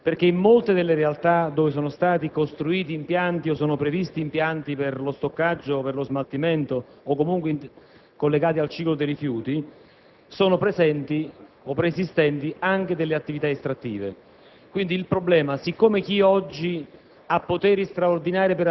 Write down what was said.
Il commissario dispone le modifiche del piano cave, non le propone al presidente della Regione; non possiamo determinare una condizione tale per cui nella Regione Campania c'è il commissariamento dei rifiuti e la Regione vuole continuare a gestire alcuni ambiti e alcuni settori.